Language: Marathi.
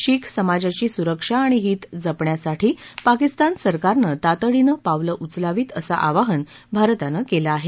शीख समाजाची सुरक्षा आणि हित जपण्यासाठी पाकिस्तान सरकारनं तातडीनं पावलं उचलावीत असं आवाहन भारतानं केलं आहे